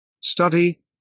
study